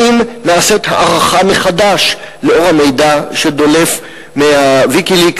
האם נעשית הערכה מחדש לאור המידע שדולף מה"ויקיליקס",